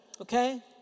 Okay